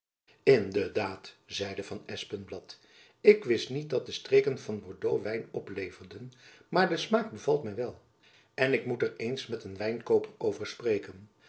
in de daad zeide van espenblad ik wist niet dat de streken van bordeaux wijn opleverden maar de smaak bevalt my wel en ik moet er eens met een wijnkooper over spreken